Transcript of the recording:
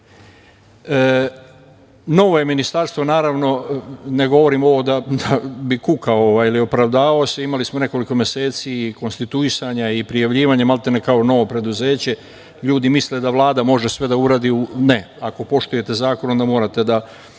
je Ministarstvo, naravno, ne govorim ovo da bi kukao, ili opravdavao se, imali smo nekoliko meseci konstituisanja i prijavljivanja maltene kao novo preduzeće, ljudi misle da Vlada može sve da uradi. Ne, ako poštujete zakon, onda morate da